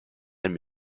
and